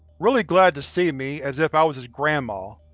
really glad to see me, as if i was his grandma.